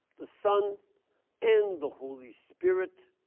the son and the holy spirit.